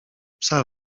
psa